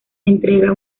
entrega